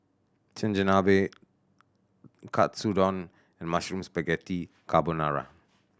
Chigenabe Katsudon Mushroom Spaghetti Carbonara